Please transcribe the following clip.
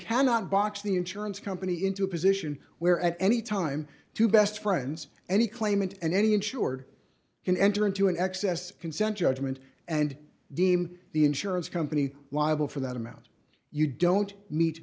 cannot box the insurance company into a position where at any time to best friends any claimant and any insured can enter into an excess consent judgment and deem the insurance company liable for that amount you don't meet